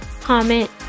comment